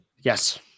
Yes